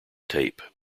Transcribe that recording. tape